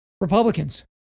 Republicans